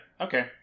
okay